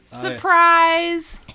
Surprise